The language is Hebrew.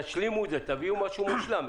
תשלימו את זה, תביאו משהו מושלם.